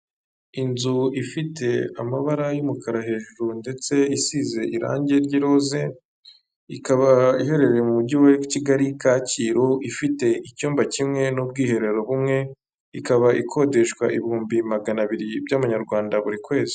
Inzu ifite amabara y'umukara hejuru ndetse isize irange ry'iroze, ikaba iherereye mu mujyi wa kigali Kacyiru, ifite icyumba kimwe n'ubwiherero bumwe, ikaba ikodeshwa ibihumbi magana abiri by'amanyarwanda buri kwezi.